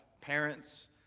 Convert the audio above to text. parents